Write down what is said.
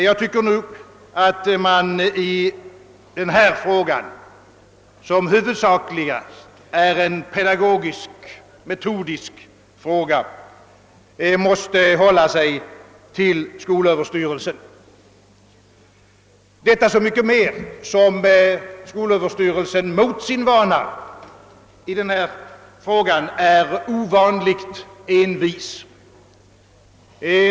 Jag tycker att man i denna fråga, som huvudsakligast är av pedagogisk-metodisk art, måste hålla sig till skolöverstyrelsen, detta så mycket mer som skolöverstyrelsen i denna fråga mot sin vana är mycket envis.